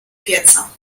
pieca